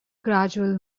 gradual